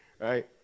right